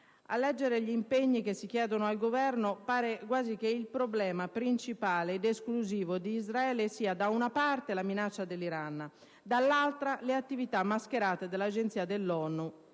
A leggere gli impegni che si chiedono al Governo, pare quasi che i problemi principali ed esclusivi di Israele siano da una parte la minaccia dell'Iran e dall'altra le attività mascherate dell'agenzia dell'ONU